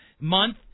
month